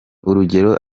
urugero